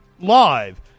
live